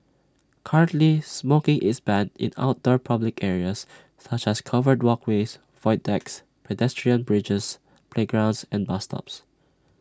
currently smoking is banned in outdoor public areas such as covered walkways void decks pedestrian bridges playgrounds and bus stops